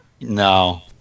No